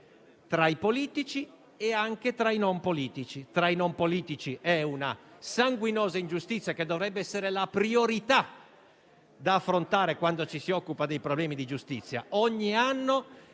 tra i politici e anche tra i non politici. Tra i non politici è una sanguinosa ingiustizia, che dovrebbe essere la priorità da affrontare quando ci si occupa dei problemi di giustizia. Ogni anno,